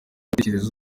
gutekereza